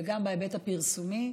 וגם בהיבט הפרסומי,